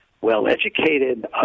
well-educated